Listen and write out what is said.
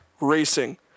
racing